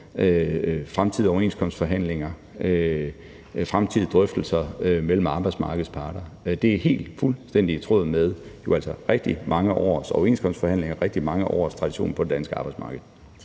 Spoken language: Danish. fremtidige overenskomstforhandlinger og fremtidige drøftelser mellem arbejdsmarkedets parter. Det er fuldstændig i tråd med rigtig mange års overenskomstforhandlinger og rigtig mange års tradition på det danske arbejdsmarked.